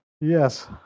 Yes